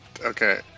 Okay